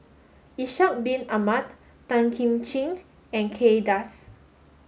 Ishak Bin Ahmad Tan Kim Ching and Kay Das